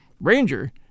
Ranger